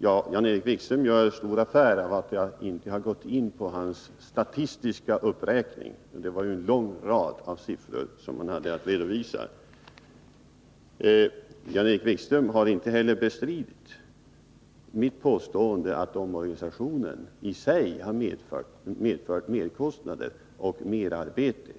Jan-Erik Wikström gör stor affär av att jag inte har gått in på hans statistiska uppräkning. Det var ju en lång rad av siffror som han hade att redovisa. Jan-Erik Wikström har inte heller bestridit mitt påstående att omorganisationen i sig har medfört merkostnader och merarbete.